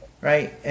Right